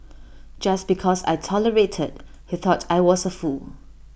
just because I tolerated he thought I was A fool